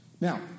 Now